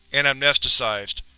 and amnesticized.